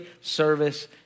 service